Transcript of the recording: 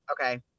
Okay